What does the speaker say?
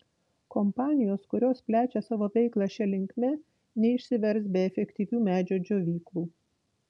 kompanijos kurios plečia savo veiklą šia linkme neišsivers be efektyvių medžio džiovyklų